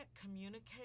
communicate